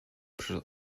przez